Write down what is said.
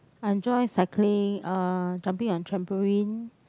I enjoy cycling uh jumping on trampoline